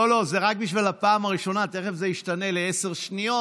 לא לא, תכף זה ישתנה לעשר שניות,